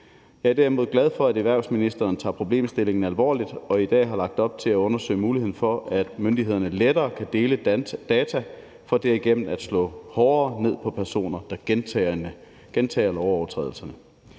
Jeg er derimod glad for, at erhvervsministeren tager problemstillingen alvorligt og i dag har lagt op til at undersøge muligheden for, at myndighederne lettere kan dele data for derigennem at slå hårdere ned på personer, der gentager lovovertrædelserne.